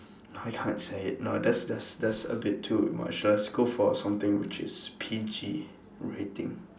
I can't say it no that's that's that's a bit too much let's go for something which is P_G rating